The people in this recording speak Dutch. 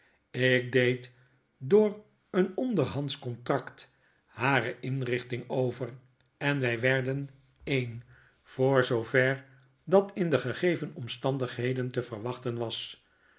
ik deed door een onderhandsch contract hare inrichting over enwy werden een voor zoover dat in de gegeven omstandigheden te verwachten was